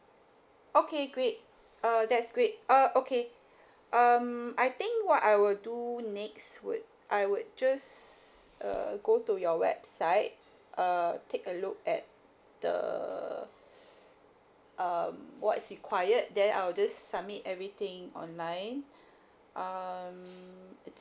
okay great uh that's great uh okay um I think what I will do next would I would just uh go to your website uh take a look at the um what is required then I'll just submit everything online um